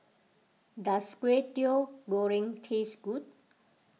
does Kway Teow Goreng taste good